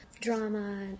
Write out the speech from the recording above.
drama